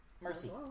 Mercy